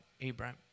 Abraham